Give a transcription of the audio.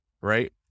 right